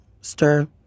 stir